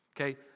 Okay